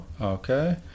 Okay